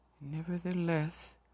Nevertheless